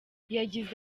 yagize